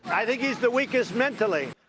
i think he's the weakest mentally.